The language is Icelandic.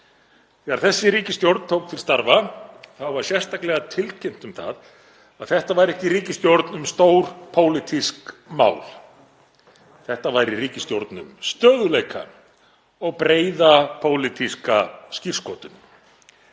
Þegar þessi ríkisstjórn tók til starfa var sérstaklega tilkynnt um að þetta væri ekki ríkisstjórn um stór pólitísk mál, þetta væri ríkisstjórn um stöðugleika og breiða pólitíska skírskotun.